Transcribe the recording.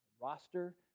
roster